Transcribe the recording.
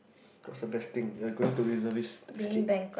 what's the best thing uh going to reservist to escape